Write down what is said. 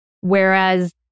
Whereas